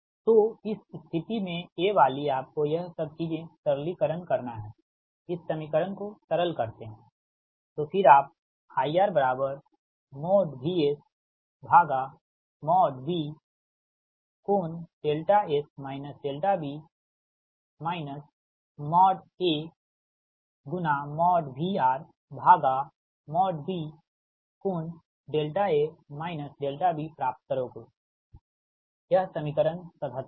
तो इस स्थिति में ये वाली आपको यह सब चीजें सरलीकरण करना है इस समीकरण को सरल करते हैं तो फिर आप IRVSB∠S B AVRB∠A B प्राप्त करोगेयह समीकरण 77 है